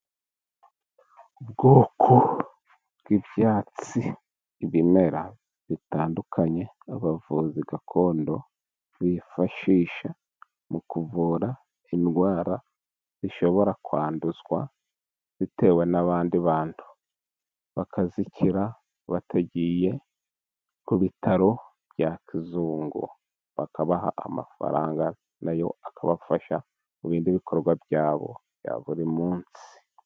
Ubwoko bw'ibyatsi, ibimera bitandukanye abavuzi gakondo bifashisha mu kuvura indwara zishobora kwanduzwa, bitewe n'abandi bantu, bakazikira batagiye ku bitaro bya kizungu. bakabaha amafaranga, nayo akabafasha mu bindi bikorwa bya bo bya buri munsi.